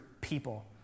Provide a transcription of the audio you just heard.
People